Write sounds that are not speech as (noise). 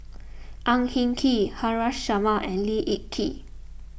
(noise) Ang Hin Kee Haresh Sharma and Lee Kip Lee